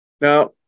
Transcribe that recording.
Now